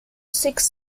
six